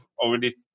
already